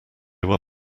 were